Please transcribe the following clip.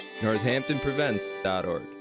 NorthamptonPrevents.org